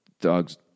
Dogs